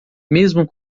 mesmo